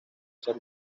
ser